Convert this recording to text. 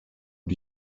aux